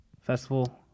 Festival